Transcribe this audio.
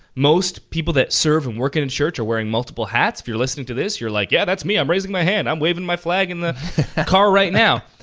most people that serve and work in a church are wearing multiple hats. if you're listening to this, you're like, yeah that's me i'm raising my hand, i'm waving my flag in the car right now.